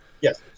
Yes